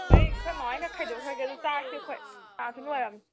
ꯕꯥꯏ ꯑꯩ ꯑꯩꯈꯣꯏ ꯃꯃꯥ ꯍꯣꯏ ꯈꯔ ꯈꯥꯏꯗꯣꯛꯈ꯭ꯔꯒꯦ ꯑꯗꯨꯒ ꯆꯥꯔꯁꯦ ꯑꯩꯈꯣꯏ ꯆꯥꯁꯨ ꯂꯣꯏꯔꯕꯅꯦ